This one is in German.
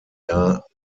jahr